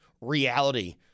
reality